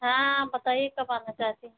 हाँ आप बताइए कब आना चाहती